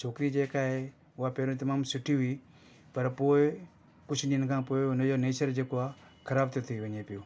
छोकिरी जेका आहे उहा पहिरियों तमामु सुठी हुई पर पोइ कुझु ॾींहनि खां पोइ उनजो नेचर जेको आहे ख़राब थो थी वञे पियो